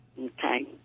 Okay